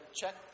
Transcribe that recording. check